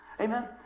Amen